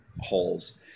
holes